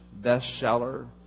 bestseller